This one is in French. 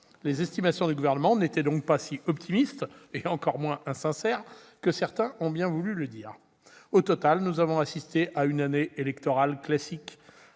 Les estimations du Gouvernement n'étaient donc pas si optimistes- encore moins insincères -que certains ont bien voulu le dire ! Au total, nous avons assisté à une année électorale classique,